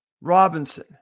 Robinson